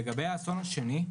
לגבי האסון השני,